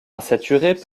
insaturés